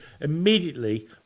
immediately